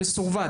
וסורבה.